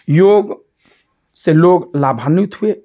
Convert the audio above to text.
योग से लोग लाभान्वित हुए